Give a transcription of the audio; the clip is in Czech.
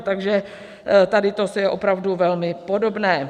Takže tady to je opravdu velmi podobné.